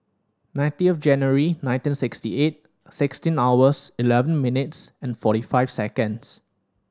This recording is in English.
nineteen of January nineteen sixty eight sixteen hours eleven minutes and forty five seconds